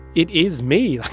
it is me. like,